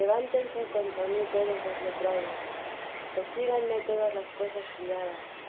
levántense contra mí todos los letrados persíganme todas las cosas criadas